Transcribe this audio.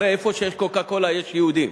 הרי איפה שיש "קוקה-קולה" יש יהודים,